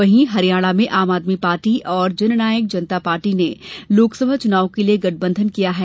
वहीं हरियाणा में आम आदमी पार्टी आप और जननायक जनता पार्टी जेजेपी ने लोकसभा चुनाव के लिए गठबंधन किया है